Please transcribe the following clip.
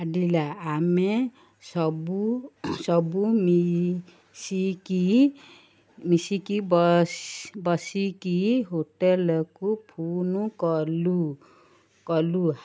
ଆାଡ଼ିଲା ଆମେ ସବୁ ସବୁ ମିଶିକି ମିଶିକି ବ ବସିକି ହୋଟେଲକୁ ଫୋନ୍ କଲୁ କଲୁ